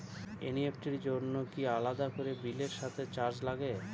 NEFT র জন্য কি আলাদা করে বিলের সাথে চার্জ লাগে?